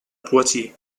poitiers